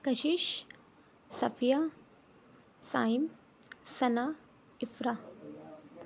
کشش صفیہ صائم ثنا افراء